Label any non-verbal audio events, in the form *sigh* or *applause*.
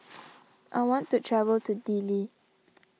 *noise* I want to travel to Dili